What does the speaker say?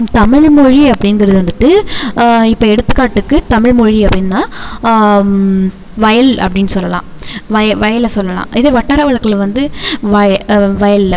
தமிழ்மொழி அப்படிங்கிறது வந்துட்டு இப்போ எடுத்துக்காட்டுக்கு தமிழ்மொழி அப்படின்னா வயல் அப்படின்னு சொல்லலாம் வய வயலை சொல்லலாம் இதே வட்டார வழக்குல வந்து வய வயல்ல